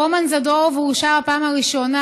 רומן זדורוב הורשע בפעם ראשונה,